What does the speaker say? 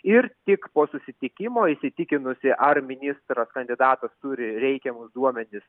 ir tik po susitikimo įsitikinusi ar ministro kandidatas turi reikiamus duomenis